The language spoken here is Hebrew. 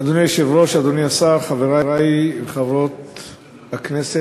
אדוני היושב-ראש, אדוני השר, חברי וחברות הכנסת,